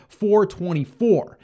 424